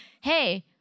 hey